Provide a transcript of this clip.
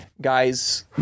Guys